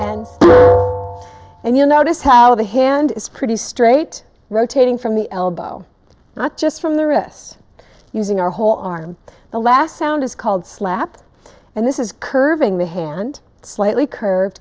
out and you notice how the hand is pretty straight rotating from the elbow not just from the wrist using our whole arm the last sound is called slap and this is curving the hand slightly curved